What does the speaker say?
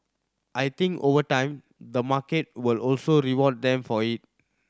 I think over time the market will also reward them for it